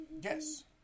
Yes